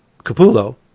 Capullo